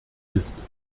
ist